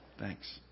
Thanks